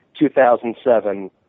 2007